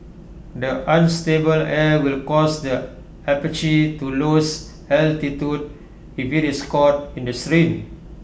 the unstable air will cause the Apache to lose altitude if IT is caught in the stream